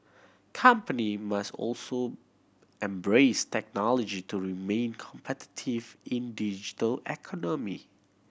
company must also embrace technology to remain competitive in digital economy